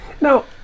Now